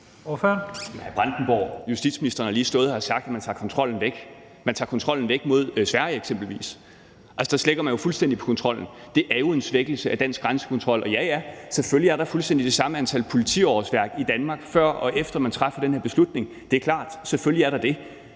Bjørn Brandenborg, justitsministeren har lige stået her og sagt, at man tager kontrollen væk. Man tager eksempelvis kontrollen væk mod Sverige – altså, der slækker man jo fuldstændig på kontrollen. Det er jo en svækkelse af dansk grænsekontrol. Og ja, ja, selvfølgelig er der fuldstændig det samme antal politiårsværk i Danmark, før og efter man træffer den her beslutning – det er klart, selvfølgelig er der det.